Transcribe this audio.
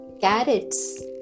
carrots